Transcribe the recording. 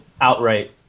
outright